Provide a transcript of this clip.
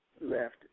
left